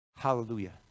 Hallelujah